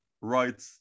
right